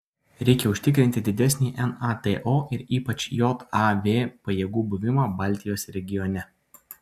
reikia užtikrinti didesnį nato ir ypač jav pajėgų buvimą baltijos regione